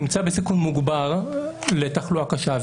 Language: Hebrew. נמצא בסיכון מוגבר לתחלואה קשה,